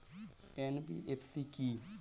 NBFC কী?